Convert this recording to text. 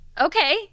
Okay